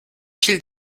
fil